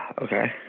okay